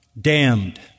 damned